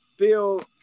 Bill